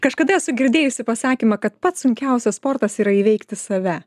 kažkada esu girdėjusi pasakymą kad pats sunkiausias sportas yra įveikti save